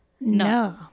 No